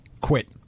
Quit